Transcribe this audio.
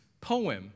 poem